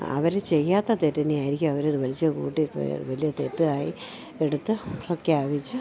അവർ ചെയ്യാത്ത തെറ്റിനെയായിരിക്കും അവർ അത് വലിച്ചു കൂട്ടി വലിയ തെറ്റായി എടുത്തൊക്കെ വച്ചു